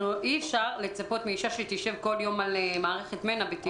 אי אפשר לצפות מאישה שהיא תשב בכל יום על מערכת מנ"ע ותבדוק.